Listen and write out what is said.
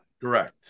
Correct